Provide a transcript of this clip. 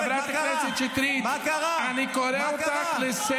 חבר הכנסת טופורובסקי, אני קורא אותך לסדר.